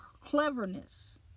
cleverness